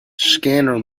scanner